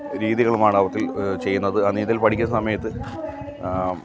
രീതികളുമാണ് അവത്തിൽ ചെയ്യുന്നത് അത് ആ നീന്തൽ പഠിക്കുന്ന സമയത്ത്